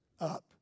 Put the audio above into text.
up